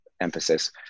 emphasis